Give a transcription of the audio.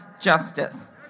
justice